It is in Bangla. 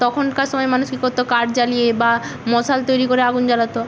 তখনকার সময় মানুষ কী করত কাঠ জ্বালিয়ে বা মশাল তৈরি করে আগুন জ্বালাত